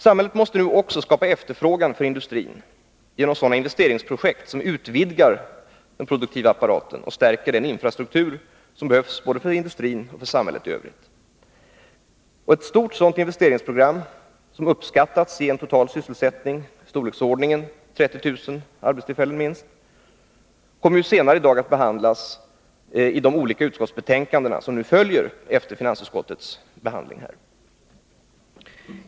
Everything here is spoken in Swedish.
Samhället måste nu också skapa efterfrågan för industrin genom sådana investeringsprojekt som utvidgar den produktiva apparaten och stärker den infrastruktur som är viktig såväl för industrin som för samhället i övrigt. Ett stort sådant investeringsprogram, som uppskattas ge en total sysselsättning i storleksordningen minst 30 000 arbetstillfällen, kommer senare i dag att behandlas i den debatt om olika utskottsbetänkanden som följer på denna debatt med anledning av finansutskottets betänkande.